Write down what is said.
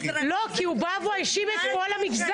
כי הוא בא והוא האשים את כל המגזר,